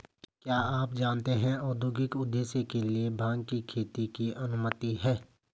क्या आप जानते है औद्योगिक उद्देश्य के लिए भांग की खेती की अनुमति है?